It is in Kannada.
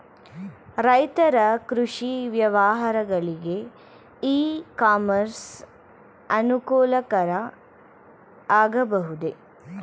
ರೈತರ ಕೃಷಿ ವ್ಯವಹಾರಗಳಿಗೆ ಇ ಕಾಮರ್ಸ್ ಅನುಕೂಲಕರ ಆಗಬಹುದೇ?